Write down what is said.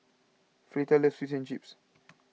Fleeta loves Fish and Chips